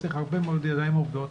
צריך הרבה מאוד ידיים עובדות,